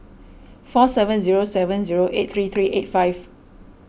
four seven zero seven zero eight three three eight five